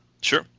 sure